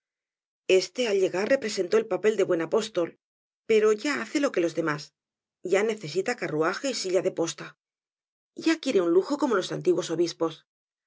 este al llegar representó el papel del buen apóstol pero ya hace lo que los demás ya necesita carruaje y silla de posta ya quiere lujo como los antiguos obispos